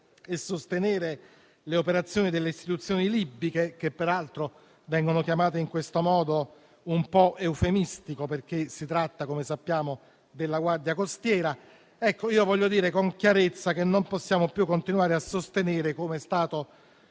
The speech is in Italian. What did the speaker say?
e sostenere le operazioni delle istituzioni libiche, che peraltro vengono chiamate in questo modo un po' eufemistico, perché - come sappiamo - si tratta della Guardia costiera. Voglio dire con chiarezza che non possiamo più continuare a sostenere - com'è stato